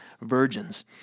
virgins